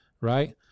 right